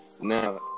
Now